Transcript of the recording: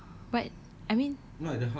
ya but I mean